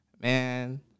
Man